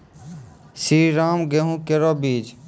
श्रीराम गेहूँ केरो बीज?